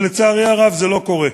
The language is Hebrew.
לצערי הרב, זה לא קורה.